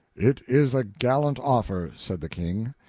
it is a gallant offer, said the king,